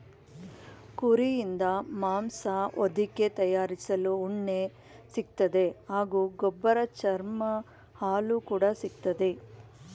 ಕುರಿಯಿಂದ ಮಾಂಸ ಹೊದಿಕೆ ತಯಾರಿಸಲು ಉಣ್ಣೆ ಸಿಗ್ತದೆ ಹಾಗೂ ಗೊಬ್ಬರ ಚರ್ಮ ಹಾಲು ಕೂಡ ಸಿಕ್ತದೆ